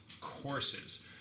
courses